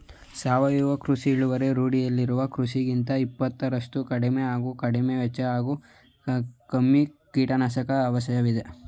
ಸಾವಯವ ಕೃಷಿ ಇಳುವರಿ ರೂಢಿಯಲ್ಲಿರುವ ಕೃಷಿಗಿಂತ ಇಪ್ಪತ್ತರಷ್ಟು ಕಡಿಮೆ ಹಾಗೂ ಕಡಿಮೆವೆಚ್ಚ ಹಾಗೂ ಕಮ್ಮಿ ಕೀಟನಾಶಕ ಅವಶ್ಯವಿದೆ